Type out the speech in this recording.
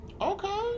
Okay